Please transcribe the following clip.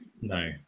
No